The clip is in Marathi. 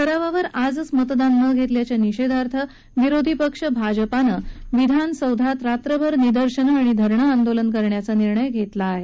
ठरावावर आजच मतदान न घेतल्याच्या निषेधार्थ विरोधी पक्ष भाजपानं विधान सौधात रात्रभर निदर्शनं आणि धरणं आंदोलन करण्याचा निर्णय घेतला आहे